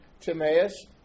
Timaeus